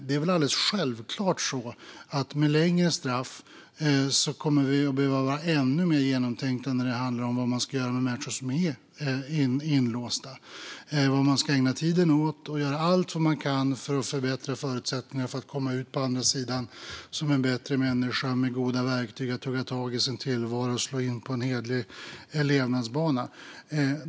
Det är alldeles självklart att vi med längre straff kommer att behöva vara ännu mer genomtänkta när det handlar om vad man ska göra med människor som är inlåsta - vad de ska ägna tiden åt och hur man kan göra allt för att förbättra förutsättningarna för att de ska komma ut på andra sidan som bättre människor med goda verktyg att hugga tag i sin tillvaro och slå in på en hederlig levnadsbana.